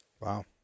Wow